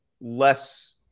less